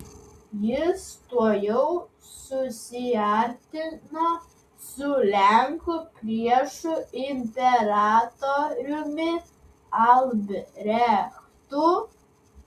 jis tuojau susiartino su lenkų priešu imperatoriumi albrechtu